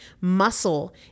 Muscle